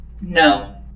No